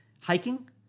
Hiking